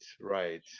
right